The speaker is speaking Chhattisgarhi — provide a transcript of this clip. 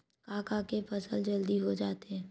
का का के फसल जल्दी हो जाथे?